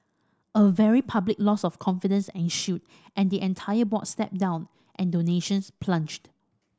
a very public loss of confidence ensued and the entire board stepped down and donations plunged